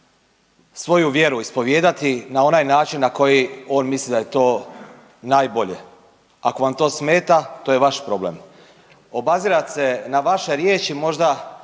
svoju vjeru ispovijedati na onaj način na koji on misli da je to najbolje, ako vam to smeta to je vaš problem. Obazirat se na vaše riječi možda